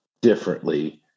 differently